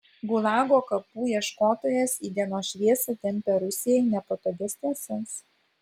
gulago kapų ieškotojas į dienos šviesą tempia rusijai nepatogias tiesas